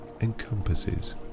encompasses